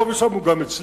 פה ושם הוא גם הצליח,